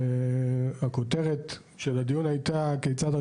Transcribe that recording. ושאלת הכותרת בנושא הדיון היא ״כיצד תשפיע